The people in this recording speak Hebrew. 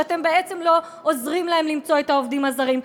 שאתם בעצם לא עוזרים להם למצוא את העובדים הזרים.